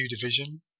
division